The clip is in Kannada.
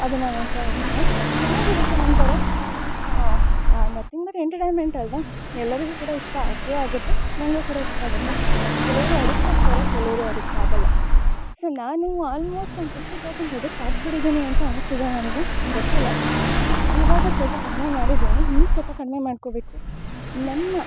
ಅದನ್ನು ನೊಡ್ತಾ ಹೊಗ್ತಿನಿ ಚೆನ್ನಾಗಿರುತ್ತೆ ಒಂಥರ ಮತ್ತು ತುಂಬ ಎಂಟಟೈನ್ನ್ಮೆಂಟ್ ಅಲ್ವ ಎಲ್ಲರಿಗು ಕೂಡ ಇಷ್ಟ ಹಾಗೇ ಆಗುತ್ತೆ ನಂಗು ಕುಡ ಇಷ್ಟ ಆಗುತ್ತೆ ಕೆಲವ್ರು ಅಡಿಕ್ಟ್ ಹಾಗ್ತರೆ ಕೆಲವ್ರು ಅಡಿಕ್ಟ್ ಆಗೋಲ್ಲ ಸೊ ನಾನು ಆಲ್ಮೊಸ್ಟ್ ಒಂದು ಫಿಫ್ಟಿ ಪರ್ಸೆಂಟ್ ಎಡಿಕ್ಟ್ ಆಗಿಬಿಟ್ಟಿದಿನಿ ಅಂತ ಅನಿಸಿದೆ ನನಗೆ ಗೊತ್ತಿಲ್ಲ ಇವಾಗ ಸ್ವಲ್ಪ ಕಡಿಮೆ ಮಾಡಿದಿನಿ ಇನ್ನು ಸ್ವಲ್ಪ ಕಡಿಮೆ ಮಾಡ್ಕೋಬೇಕು ನನ್ನ